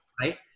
right